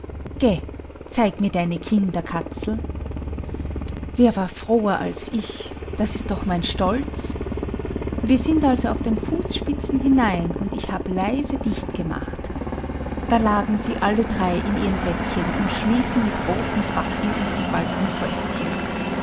zeig mir deine kinder katzel wer war froher als ich das ist doch mein stolz wir sind also auf den fußspitzen hinein und ich habe leise licht gemacht da lagen sie alle drei in ihren bettchen und schliefen mit roten backen und geballten fäustchen